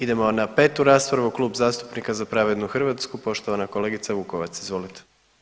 Idemo za petu raspravu, Klub zastupnika Za pravednu Hrvatsku, poštovana kolegica Vukovac, izvolite.